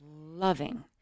loving